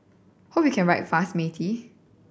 hope you can write fast Matey